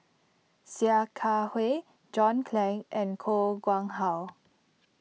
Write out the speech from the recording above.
Sia Kah Hui John Clang and Koh Nguang How